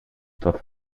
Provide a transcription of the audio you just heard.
traf